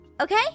okay